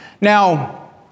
Now